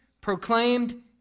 proclaimed